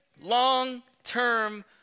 Long-term